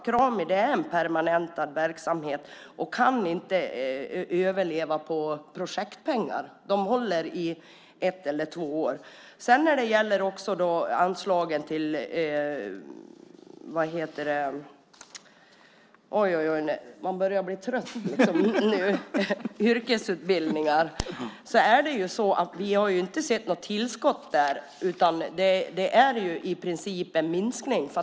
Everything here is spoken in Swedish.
Krami är en permanentad verksamhet och kan inte överleva på projektpengar. Det håller i ett eller två år. När det gäller anslagen till yrkesutbildningar har vi inte sett något tillskott. Det är i princip en minskning.